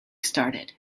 started